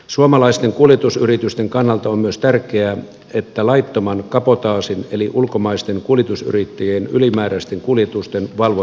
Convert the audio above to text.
suomalaisten kuljetusyritysten kannalta on myös tärkeää että laittoman kabotaasin eli ulkomaisten kuljetusyrittäjien ylimääräisten kuljetusten valvontaa tehostetaan